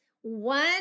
one